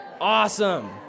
Awesome